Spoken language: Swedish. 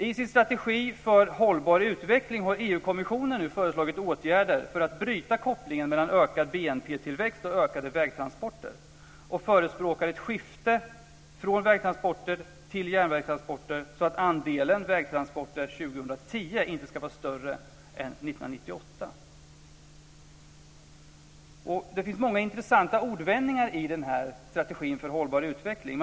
I sin strategi för hållbar utveckling har EU kommissionen nu föreslagit åtgärder för att bryta kopplingen mellan ökad BNP-tillväxt och ökade vägtransporter. Kommissionen förespråkar ett skifte från vägtransporter till järnvägstransporter så att andelen vägtransporter 2010 inte ska vara större än Det finns många intressanta ordvändningar i denna strategi för hållbar utveckling.